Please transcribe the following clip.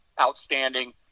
outstanding